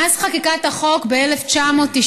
מאז חקיקת החוק ב-1998,